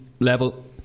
Level